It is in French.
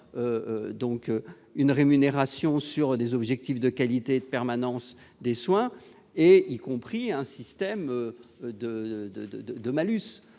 déjà une rémunération sur des objectifs de qualité et de permanence des soins, y compris un système de malus